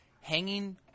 hanging